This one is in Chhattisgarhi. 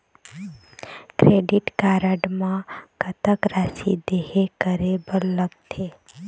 क्रेडिट कारड म कतक राशि देहे करे बर लगथे?